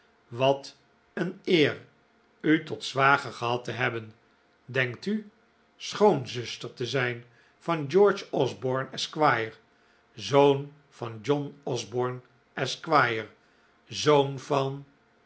wat een eer u tot zwager gehad te hebben denkt u schoonzuster te zijn van george osborne esquire zoon van john osborne esquire zoon van